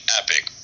epic